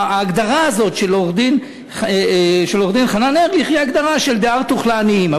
ההגדרה הזאת של עורך-דין חנן ארליך היא הגדרה של דה-הרטוך לעניים,